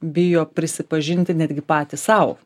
bijo prisipažinti netgi patys sau